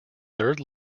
third